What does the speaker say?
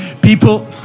People